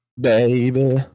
Baby